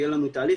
יהיה לנו תהליך.